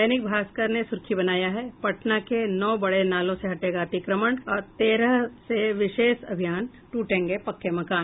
दैनिक भास्कर ने सुर्खी बनाया है पटना के नौ बड़े नालों से हटेगा अतिक्रमण तेरह से विशेष अभियान टूटेंगे पक्के मकान